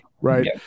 right